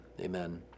amen